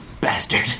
bastard